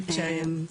בבקשה, איילת.